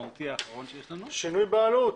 עכשיו בתקנות מוצע שרשות הרישוי תפנה אלינו פעמיים,